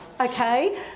okay